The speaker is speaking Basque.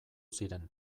ziren